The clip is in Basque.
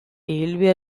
ibilbide